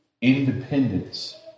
Independence